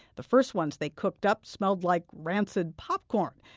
the first ones they cooked up smelled like rancid popcorn.